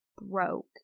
broke